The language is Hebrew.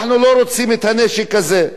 אנחנו לא רוצים את הנשק הזה.